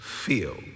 feel